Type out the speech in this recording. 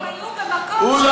כי הם היו במקום, אה,